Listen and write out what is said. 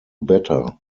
better